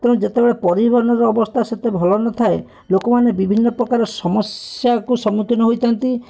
ତେଣୁ ଯେତେବେଳେ ପରିବହନର ଅବସ୍ଥା ସେତେ ଭଲ ନଥାଏ ଲୋକମାନେ ବିଭିନ୍ନ ପ୍ରକାର ସମସ୍ୟାକୁ ସମ୍ମୁଖୀନ ହୋଇଥାନ୍ତି